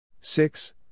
Six